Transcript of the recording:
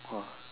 !wah!